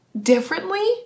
differently